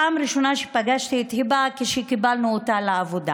הפעם ראשונה שפגשתי את היבה הייתה כשקיבלנו אותה לעבודה.